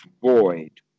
void